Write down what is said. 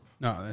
No